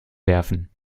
werfen